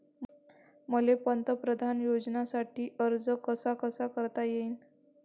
मले पंतप्रधान योजनेसाठी अर्ज कसा कसा करता येईन?